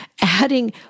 adding